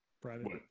Private